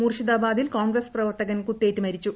മൂർഷിദാബാദിൽ Congress പ്രവർത്തകൻ കുത്തേറ്റു മരിച്ചു